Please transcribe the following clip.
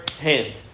hand